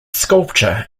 sculpture